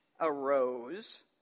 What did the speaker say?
arose